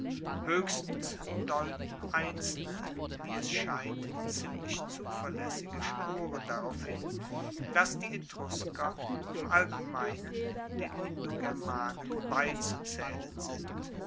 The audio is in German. hoechstens deuten einzelne wie es scheint ziemlich zuverlaessige spuren darauf hin dass die etrusker im allgemeinen den indogermanen beizuzaehlen sind